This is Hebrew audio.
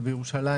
בירושלים,